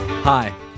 Hi